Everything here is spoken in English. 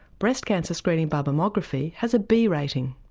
breast cancer screening by mammography has a b rating.